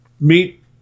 meet